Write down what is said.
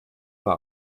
war